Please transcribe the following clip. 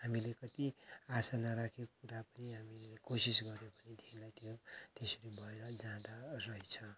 हामीले कति आशा नराखेको कुरा पनि हामीले कोसिस गऱ्यौँ भनेदेखिन्लाई त्यो त्यसरी भएर जाँदा रहेछ